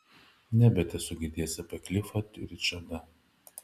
ne bet esu girdėjęs apie klifą ričardą